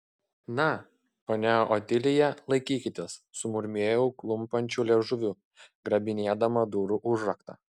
na ponia otilija laikykitės sumurmėjau klumpančiu liežuviu grabinėdama durų užraktą